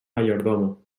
mayordomo